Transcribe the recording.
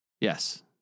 Yes